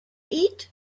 eat